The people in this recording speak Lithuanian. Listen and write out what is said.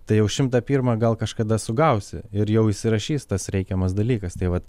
tai jau šimtą pirmą gal kažkada sugausi ir jau įsirašys tas reikiamas dalykas tai vat